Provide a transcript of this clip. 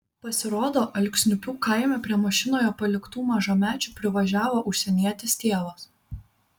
pasirodo alksniupių kaime prie mašinoje paliktų mažamečių privažiavo užsienietis tėvas